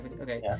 okay